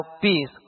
peace